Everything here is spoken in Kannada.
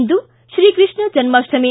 ಇಂದು ಶ್ರೀಕೃಷ್ಣ ಜನ್ಮಾಪ್ಟಮಿ